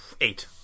eight